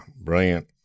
brilliant